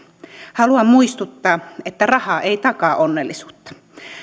haluan muistuttaa että raha ei takaa onnellisuutta